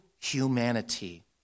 humanity